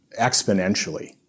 exponentially